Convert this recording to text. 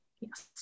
yes